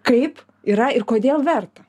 kaip yra ir kodėl verta